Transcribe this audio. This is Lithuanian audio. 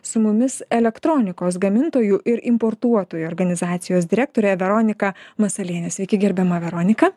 su mumis elektronikos gamintojų ir importuotojų organizacijos direktorė veronika masalienė sveiki gerbiama veronika